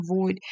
avoid